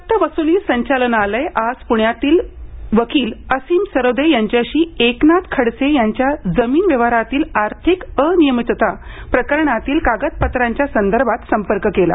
सक्त वसुली संचालनालयाने आज पुण्यातील वकील असीम सरोदे यांच्याशी एकनाथ खडसे यांच्या जमीन व्यवहारातील आर्थिक अनियमितता प्रकरणातील कागदपत्रांच्या संदर्भात संपर्क केला